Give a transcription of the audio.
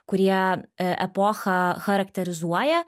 kurie e epochą charakterizuoja